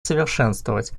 совершенствовать